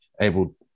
able